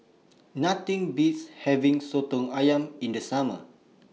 Nothing Beats having Soto Ayam in The Summer